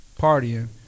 partying